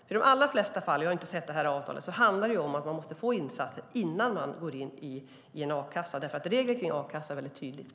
I de allra flesta fall - jag har inte sett just det här avtalet - handlar det om att man måste få insatser innan man går in i en a-kassa, därför att reglerna kring a-kassa är väldigt tydliga.